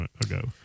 ago